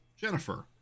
Jennifer